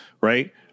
right